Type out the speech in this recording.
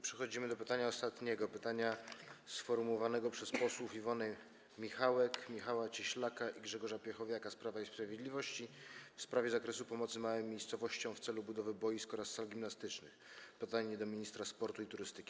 Przechodzimy do pytania ostatniego, sformułowanego przez posłów Iwonę Michałek, Michała Cieślaka i Grzegorza Piechowiaka z Prawa i Sprawiedliwości, w sprawie zakresu pomocy małym miejscowościom w celu budowy boisk oraz sal gimnastycznych - pytanie do ministra sportu i turystyki.